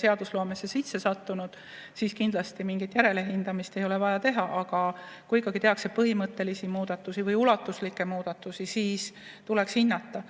seadusloomesse sisse sattunud, siis mingit järelhindamist ei ole vaja teha. Aga kui tehakse põhimõttelisi või ulatuslikke muudatusi, siis tuleks hinnata.